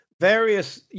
various